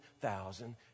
thousand